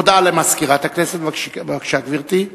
הודעה למזכירת הכנסת, בבקשה, גברתי.